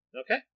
Okay